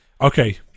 Okay